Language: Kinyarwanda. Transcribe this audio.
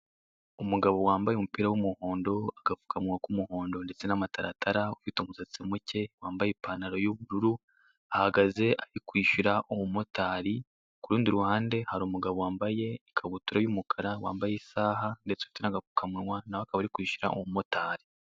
Umugabo wambaye umupira w'umuhondo, agapfukamunwa k'umuhondo ndetse n'amataratara, ufite umusatsi muke, wambaye ipantaro y'ubururu, ahagaze ari kwishyura umumotari, ku rundi ruhande hari umugabo wambaye ikabutura y'umukara, wambaye isaha ndetse ufite n'agapfukamunwa, na we akaba ari kwishyura umumotari.